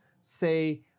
say